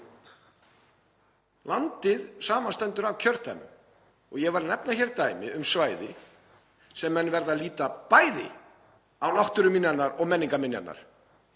Landið samanstendur af kjördæmum og ég var að nefna hér dæmi um svæði þar sem menn verða að líta bæði á náttúruminjarnar og menningarminjarnar